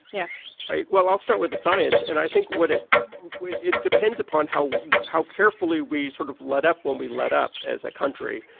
yeah right. well, i'll start with the science. and i think what it it depends upon how how carefully we sort of let up when we let up as a country.